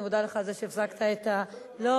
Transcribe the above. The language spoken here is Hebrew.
אני מודה לך על זה שהפסקת את, הנציג מהממשלה.